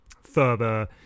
further